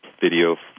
video